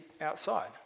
outside